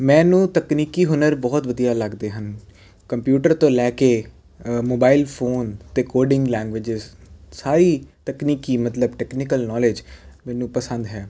ਮੈਨੂੰ ਤਕਨੀਕੀ ਹੁਨਰ ਬਹੁਤ ਵਧੀਆ ਲੱਗਦੇ ਹਨ ਕੰਪਿਊਟਰ ਤੋਂ ਲੈ ਕੇ ਮੋਬਾਈਲ ਫੋਨ ਅਤੇ ਕੋਡਿੰਗ ਲੈਂਗੁਏਜਿਸ ਸਾਰੀ ਤਕਨੀਕੀ ਮਤਲਬ ਟੈਕਨੀਕਲ ਨੌਲੇਜ ਮੈਨੂੰ ਪਸੰਦ ਹੈ